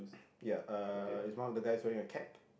ya uh is one of the guys wearing a cap